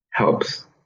helps